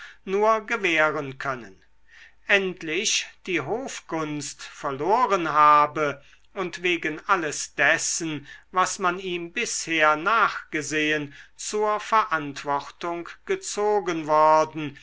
nur gewähren können endlich die hofgunst verloren habe und wegen alles dessen was man ihm bisher nachgesehen zur verantwortung gezogen worden